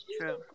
true